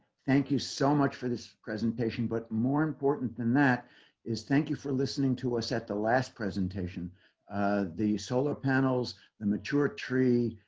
thank you so much for this presentation, but more important than that is. thank you for listening to us at the last presentation the solar panels and mature tree.